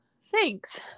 thanks